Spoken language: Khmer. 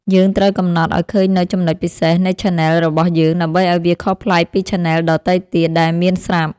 យើងត្រូវកំណត់ឱ្យឃើញនូវ ចំណុចពិសេស នៃឆានែលរបស់យើង ដើម្បីឱ្យវាខុសប្លែកពីឆានែលដទៃទៀតដែលមានស្រាប់។